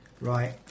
Right